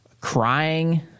crying